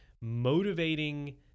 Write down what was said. motivating